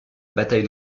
bataille